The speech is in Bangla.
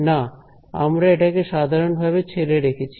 না আমরা এটাকে সাধারণভাবে ছেড়ে রেখেছি